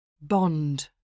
Bond